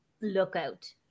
lookout